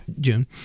June